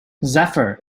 zephyr